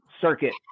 circuit